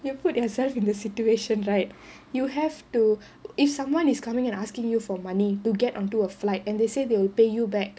you put yourself in the situation right you have to if someone is coming and asking you for money to get onto a flight and they say they will pay you back